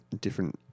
different